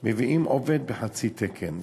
מביאים עובד בחצי תקן.